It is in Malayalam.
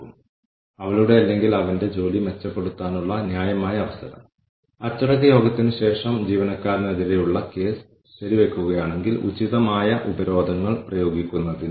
അതിനാൽ ഓരോ ഘട്ടത്തിലും വ്യക്തമായ കട്ട് റെക്കോർഡുകൾ നിലനിർത്തുകയും ഒരു കാരണ പ്രഭാവ ബന്ധം സ്ഥാപിക്കാൻ ശ്രമിക്കുകയും ചെയ്തുകൊണ്ട് നിങ്ങൾക്ക് ഏത് തരത്തിലുള്ള സ്കോർകാർഡും ഉപയോഗിക്കാൻ കഴിയും